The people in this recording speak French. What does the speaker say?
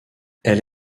elle